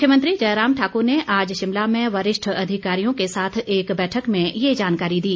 मुख्यमंत्री जयराम ठाक्र ने आज शिमला में वरिष्ठ अधिकारियों के साथ एक बैठक में ये जानकारी दी